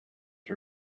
her